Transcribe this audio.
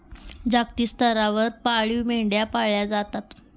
जागतिक स्तरावर पाळीव मेंढ्या पाळल्या जातात